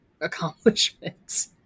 accomplishments